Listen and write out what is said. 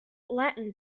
latin